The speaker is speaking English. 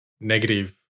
negative